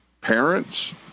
Parents